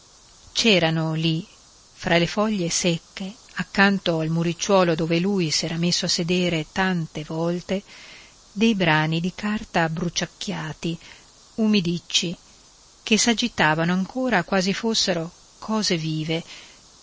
c'erano lì fra le foglie secche accanto al muricciuolo dove lui s'era messo a sedere tante volte dei brani di carta abbruciacchiati umidicci che s'agitavano ancora quasi fossero cose vive